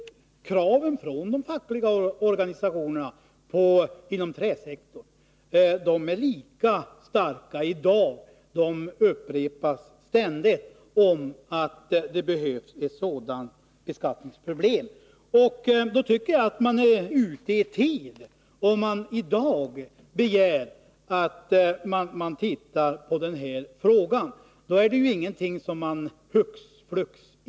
Kravet från de fackliga organisationerna inom träsektorn om behovet av ett sådant skattesystem är lika starkt i dag, och det upprepas ständigt. Att idag begära att den här frågan skall ses över betyder att man är ute ii tid. Då kan ingen säga att ett beskattningssystem på detta område införs hux flux.